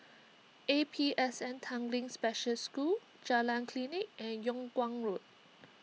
A P S N Tanglin Special School Jalan Klinik and Yung Kuang Road